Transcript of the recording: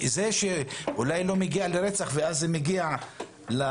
זה שאולי זה לא מגיע לרצח ואז זה מגיע לעיתונים,